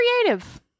creative